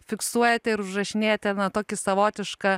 fiksuojate ir užrašinėjate na tokį savotišką